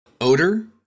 odor